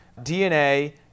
DNA